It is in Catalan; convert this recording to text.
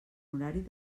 horari